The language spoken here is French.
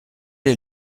est